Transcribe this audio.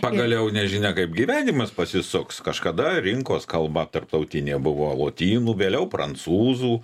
pagaliau nežinia kaip gyvenimas pasisuks kažkada rinkos kalba tarptautinė buvo lotynų vėliau prancūzų